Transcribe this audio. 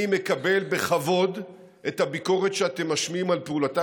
אני מקבל בכבוד את הביקורת שאתם משמיעים על פעולתה